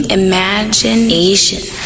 imagination